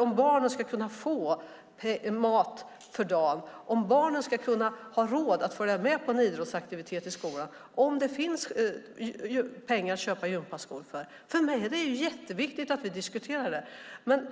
om barnen ska kunna få mat för dagen, om barnen ska ha råd att följa med på en idrottsaktivitet i skolan eller om det finns pengar att köpa gympaskor för. För mig är det jätteviktigt att vi diskuterar det här.